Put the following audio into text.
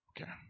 Okay